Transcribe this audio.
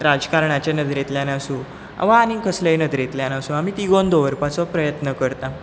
राजकारणाच्या नदरेंतल्यान आसूं वा आनीक कसलेय नदरेंतल्यान आसूं आमी तिगोवन दवरपाचो प्रयत्न करता